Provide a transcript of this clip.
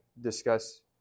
discuss